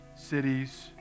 cities